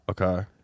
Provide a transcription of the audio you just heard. Okay